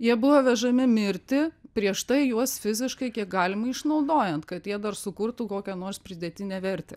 jie buvo vežami mirti prieš tai juos fiziškai kiek galima išnaudojant kad jie dar sukurtų kokią nors pridėtinę vertę